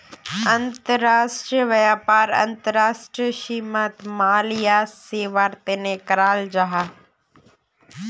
अंतर्राष्ट्रीय व्यापार अंतर्राष्ट्रीय सीमात माल या सेवार तने कराल जाहा